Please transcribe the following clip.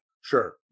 Sure